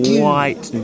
white